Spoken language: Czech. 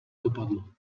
dopadlo